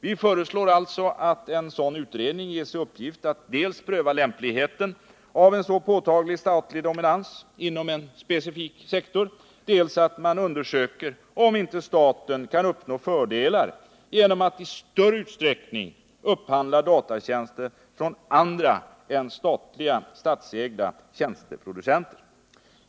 Vi föreslår alltså att en sådan utredning ges i uppgift att dels pröva lämpligheten av en så påtaglig statlig dominans inom en specifik sektor, dels att man undersöker om inte staten kan uppnå fördelar genom att i större utsträckning upphandla datatjänster från andra än statsägda tjänsteproducenter.